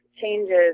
changes